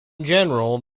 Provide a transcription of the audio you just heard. general